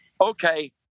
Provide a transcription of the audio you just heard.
Okay